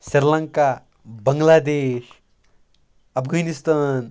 Sri Lanka Bangladesh Afghanistan